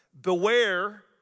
Beware